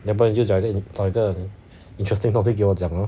要不然你就讲一个找一个 interesting topic 给我讲 lor